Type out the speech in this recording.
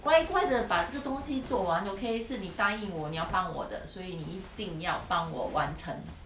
乖乖的把这个东西做完 okay 是你答应我你要帮我的所以你一定要帮我完成